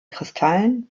kristallen